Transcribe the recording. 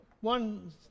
one